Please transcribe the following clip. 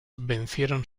vencieron